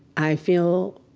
i feel